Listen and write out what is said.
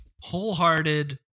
wholehearted